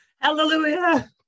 hallelujah